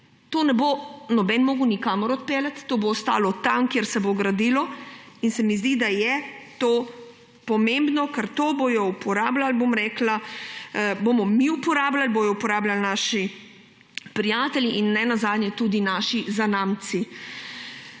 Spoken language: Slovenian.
Tega ne bo nihče mogel nikamor odpeljati, to bo ostalo tam, kjer se bo gradilo, in se mi zdi, da je to pomembno. Ker bomo mi uporabljali, bodo uporabljali naši prijatelji in ne nazadnje tudi naši zanamci.